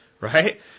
right